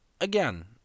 Again